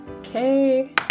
Okay